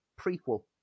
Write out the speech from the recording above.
prequel